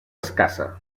escassa